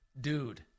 dude